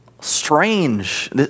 strange